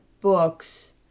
books